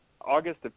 August